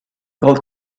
called